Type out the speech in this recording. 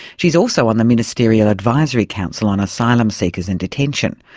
she's also on the ministerial advisory council on asylum seekers in detention.